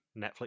netflix